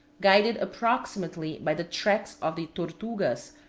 guided approximately by the tracks of the tortugas,